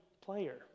player